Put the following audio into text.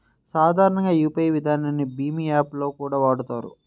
సాధారణంగా యూపీఐ విధానాన్ని భీమ్ యాప్ లో కూడా వాడతారు